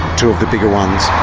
two of the bigger ones.